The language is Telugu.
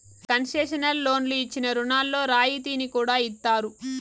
కన్సెషనల్ లోన్లు ఇచ్చిన రుణాల్లో రాయితీని కూడా ఇత్తారు